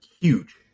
huge